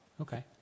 Okay